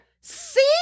see